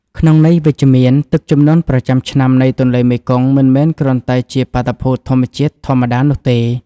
ក្នុងន័យវិជ្ជមាន ទឹកជំនន់ប្រចាំឆ្នាំនៃទន្លេមេគង្គ មិនមែនគ្រាន់តែជាបាតុភូតធម្មជាតិធម្មតានោះទេ។